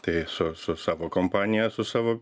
tai su su savo kompanija su savo